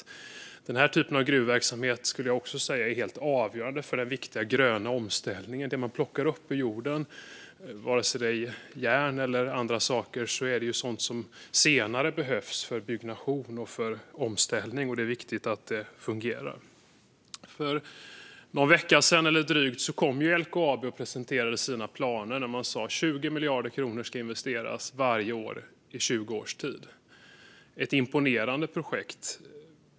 Jag skulle säga att denna typ av gruvverksamhet är helt avgörande för den viktiga gröna omställningen. Det man plockar upp ur jorden, vare sig det är järn eller annat, är sådant som senare behövs för byggnation och för omställning, och det är viktigt att det fungerar. För någon vecka sedan presenterade LKAB sina planer på att 20 miljarder kronor ska investeras varje år i 20 års tid. Det är ett imponerande projekt.